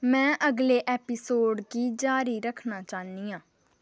में अगले एपिसोड़ गी जाह्री रक्खना चाह्न्नी आं